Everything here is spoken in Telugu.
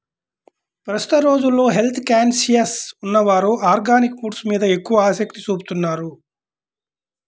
ప్రస్తుత రోజుల్లో హెల్త్ కాన్సియస్ ఉన్నవారు ఆర్గానిక్ ఫుడ్స్ మీద ఎక్కువ ఆసక్తి చూపుతున్నారు